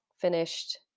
finished